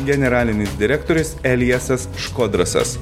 generalinis direktorius eliesas škodrasas